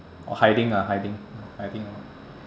or hiding ah hiding hiding orh